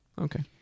Okay